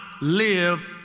live